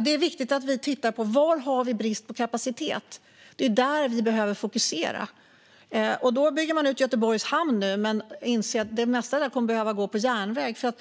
Det är viktigt att vi tittar på var det finns brist på kapacitet. Det är där vi behöver fokusera. Nu byggs Göteborgs hamn ut, men man inser att det mesta som kommer därifrån kommer att behöva gå på järnväg eftersom